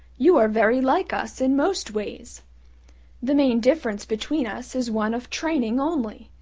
you are very like us in most ways the main difference between us is one of training only.